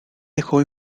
dejó